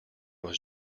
was